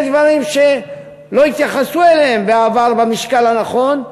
אלה דברים שלא התייחסו אליהם בעבר במשקל הנכון,